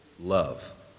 love